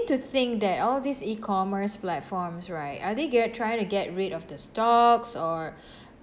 to think that all these E-commerce platforms right are they get trying to get rid of the stocks or